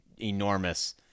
enormous